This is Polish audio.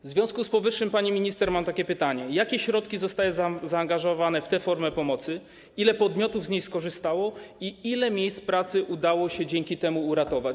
W związku z powyższym, pani minister, mam takie pytanie: Jakie środki zostały zaangażowane w tę formę pomocy, ile podmiotów z niej skorzystało i ile miejsc pracy udało się dzięki temu uratować?